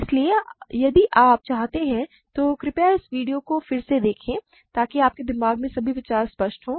इसलिए यदि आप चाहते हैं तो कृपया इस वीडियो को फिर से देखें ताकि आपके दिमाग में सभी विचार स्पष्ट हों